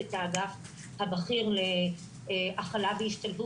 העלתה את הנושא מספר פעמים גם במליאה וביקשה את הדיון הזה גם כן,